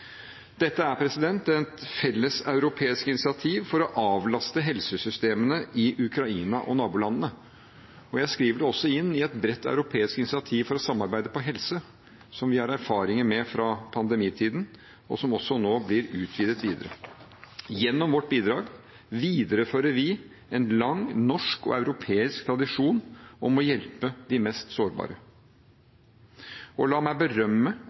Dette er et felleseuropeisk initiativ for å avlaste helsesystemene i Ukraina og nabolandene, og jeg skriver det også inn i et bredt europeisk initiativ for å samarbeide om helse, som vi har erfaringer med fra pandemitiden, og som nå også blir utvidet videre. Gjennom vårt bidrag viderefører vi en lang norsk – og europeisk – tradisjon for å hjelpe de mest sårbare. La meg berømme